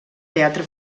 teatre